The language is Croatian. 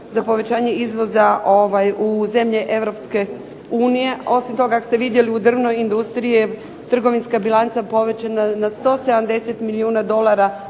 za povećanje izvoza u zemlje Europske unije, a osim toga ako ste vidjeli u drvnoj industriji je trgovinska bilanca povećana na 170 milijuna dolara,